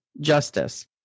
justice